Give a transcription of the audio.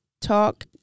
talk